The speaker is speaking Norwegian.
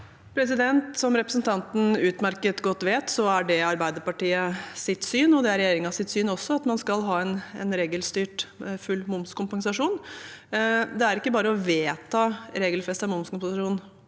Som representanten utmerket godt vet, er Arbeiderpartiets og regjeringens syn at man skal ha en regelstyrt full momskompensasjon. Det er ikke bare å vedta regelfestet momskompensasjon